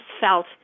felt